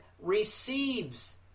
receives